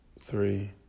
three